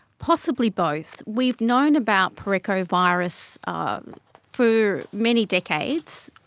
possibly both. we've known about parechovirus um for many decades.